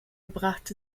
brachte